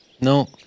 No